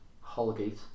Holgate